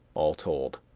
all told.